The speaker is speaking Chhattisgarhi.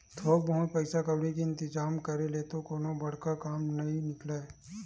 थोक बहुत पइसा कउड़ी के इंतिजाम करे ले तो कोनो बड़का काम ह नइ निकलय